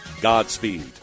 Godspeed